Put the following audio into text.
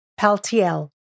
Paltiel